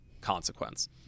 consequence